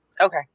Okay